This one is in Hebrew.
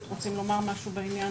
אנחנו נכנסים לעניין